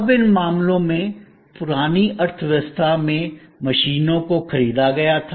अब इन मामलों में पुरानी अर्थव्यवस्था में मशीनों को खरीदा गया था